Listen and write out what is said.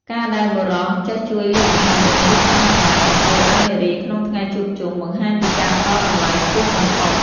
ការដែលបុរសចេះជួយលើកម្ហូប និងរៀបចំកន្លែងអង្គុយឱ្យនារីក្នុងថ្ងៃជួបជុំ បង្ហាញពីការផ្ដល់តម្លៃខ្ពស់បំផុត។